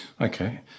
Okay